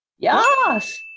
Yes